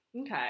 Okay